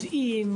יודעים,